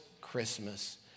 Christmas